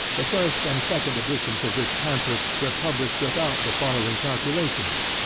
the first and second editions of this pamphlet were published without the following calculations,